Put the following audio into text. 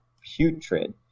putrid